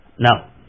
Now